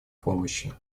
помощи